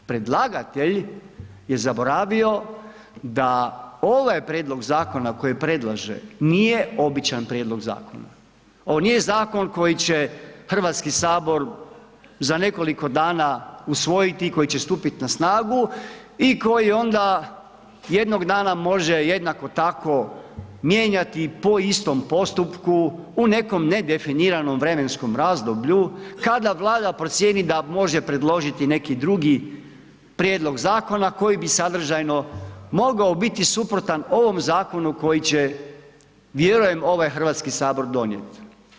Predlagatelj je zaboravio da ovaj prijedlog zakona koji predlaže, nije običan prijedlog zakona, ovo nije zakon koji će HS za nekoliko dana usvojit i koji će stupiti na snagu i koji onda jednog dana može jednako tako mijenjati po istom postupku u nekom nedefiniranom vremenskom razdoblju kada Vlada procijeni da može predložiti neki drugi prijedlog zakona koji bi sadržajno mogao biti suprotan ovom zakonu koji će vjerujem ovaj HS donijet.